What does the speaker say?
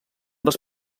dels